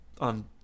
on